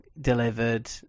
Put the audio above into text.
delivered